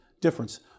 difference